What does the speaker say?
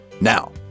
Now